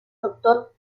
doctor